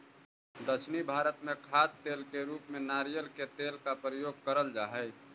दक्षिण भारत में खाद्य तेल के रूप में नारियल के तेल का प्रयोग करल जा हई